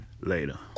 later